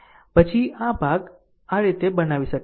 પછી આ ભાગ આ રીતે બનાવી શકાય છે